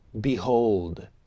behold